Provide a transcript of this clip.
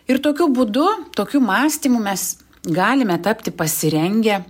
ir tokiu būdu tokiu mąstymu mes galime tapti pasirengę